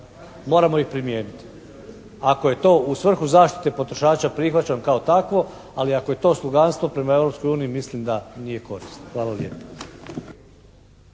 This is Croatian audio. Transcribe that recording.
moramo ih primijeniti? Ako je to u svrhu zaštite potrošača prihvaćam kao takvo, ali ako je to sluganstvo prema Europskoj uniji mislim da nije korisno. Hvala lijepo.